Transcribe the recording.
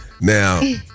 Now